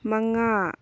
ꯃꯉꯥ